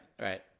right